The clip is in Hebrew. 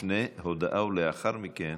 לאחר מכן